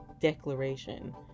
declaration